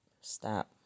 Stop